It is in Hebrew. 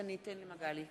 יצחק וקנין,